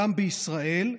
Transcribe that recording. גם בישראל,